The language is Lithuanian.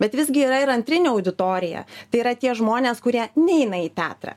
bet visgi yra ir antrinė auditorija tai yra tie žmonės kurie neina į teatrą